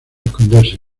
esconderse